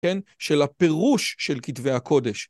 כן? של הפירוש של כתבי הקודש.